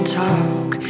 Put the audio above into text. talk